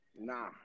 Nah